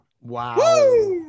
Wow